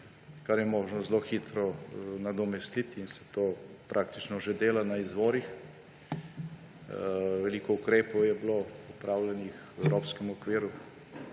kar je možno zelo hitro nadomestiti in se to praktično že dela na izvorih. Veliko ukrepov je bilo opravljenih v evropskem okviru,